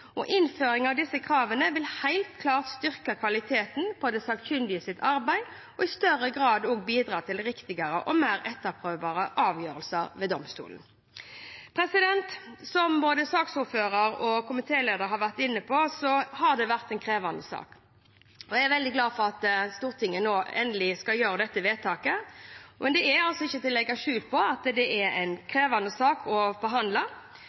utformes. Innføring av disse kravene vil helt klart styrke kvaliteten på de sakkyndiges arbeid og i større grad bidra til riktigere og mer etterprøvbare avgjørelser ved domstolene. Som både saksordføreren og komitélederen har vært inne på, har det vært en krevende sak. Jeg er veldig glad for at Stortinget nå endelig skal gjøre dette vedtaket. Det er ikke til å legge skjul på at det er en krevende sak å behandle,